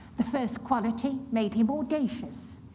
the first quality made him audacious.